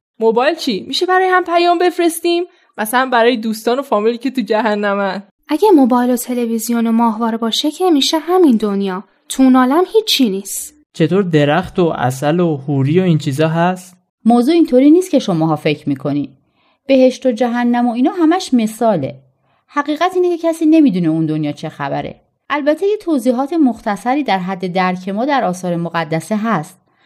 موبایل چی؟ میشه برای هم پیام بفرستیم؟ مثلا برای دوستان و فامیلی که تو جهنمن. اگه موبایل و تلویزیون و ماهواره باشه که میشه همین دنیا. تو اون عالم هیچ چی نیست. چطور درخت و عسل و حوری و این چیزا هست؟ موضوع اینطوری نیست که شماها فکر میکنی. بهشت و جهنم و اینا همش مثاله. حقیقت اینه که کسی نمیدونه اون دنیا چه خبره. البته یه توضیحات مختصری در حد درک ما در آثار مقدسه هست.